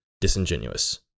disingenuous